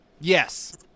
Yes